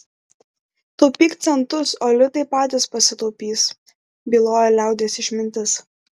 taupyk centus o litai patys pasitaupys byloja liaudies išmintis